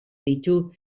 ditu